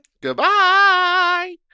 Goodbye